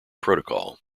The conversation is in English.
protocol